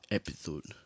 episode